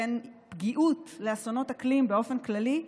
בין פגיעות לאסונות אקלים באופן כללי,